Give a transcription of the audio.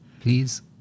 please